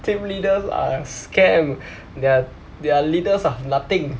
team leaders are a scam they're they're leaders of nothing